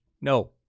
No